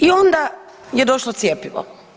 I onda je došlo cjepivo.